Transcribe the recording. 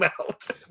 out